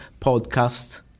podcast